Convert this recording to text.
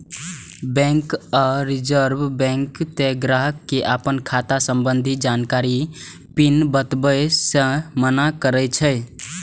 bank आ reserve bank तें ग्राहक कें अपन खाता संबंधी जानकारी, पिन बताबै सं मना करै छै